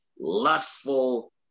lustful